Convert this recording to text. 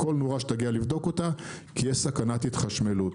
כל נורה שתגיע לבדוק אותה כי יש סכנת התחשמלות.